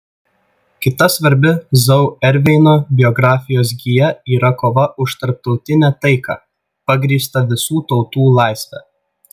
kita svarbi zauerveino biografijos gija yra kova už tarptautinę taiką pagrįstą visų tautų laisve